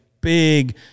big